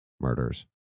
murders